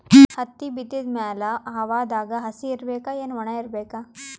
ಹತ್ತಿ ಬಿತ್ತದ ಮ್ಯಾಲ ಹವಾದಾಗ ಹಸಿ ಇರಬೇಕಾ, ಏನ್ ಒಣಇರಬೇಕ?